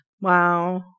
Wow